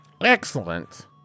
Excellent